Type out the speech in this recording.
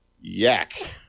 yak